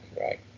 right